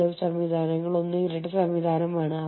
maquiladoras എന്നത് ഒരു Mexican പദമാണ്